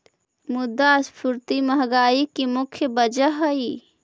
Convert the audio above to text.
मुद्रास्फीति महंगाई की मुख्य वजह हई